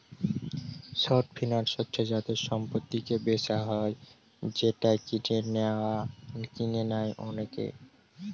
short finance হচ্ছে যাতে সম্পত্তিকে বেচা হয় যেটা কিনে নেয় অনেকে